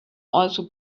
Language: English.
also